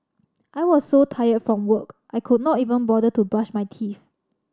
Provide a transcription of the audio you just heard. I was so tired from work I could not even bother to brush my teeth